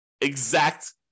exact